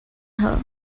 her